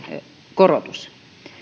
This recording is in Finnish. korotus